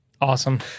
Awesome